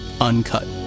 Uncut